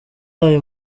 ayo